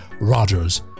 Rogers